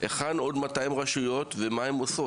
היכן עוד 200 רשויות, ומה הן עושות?